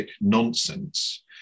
nonsense